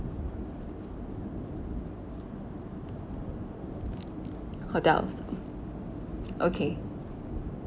hotel okay